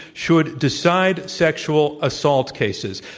should decide sexual assault cases.